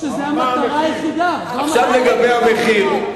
כשזו המטרה היחידה, עכשיו לגבי המחיר,